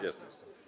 Jest.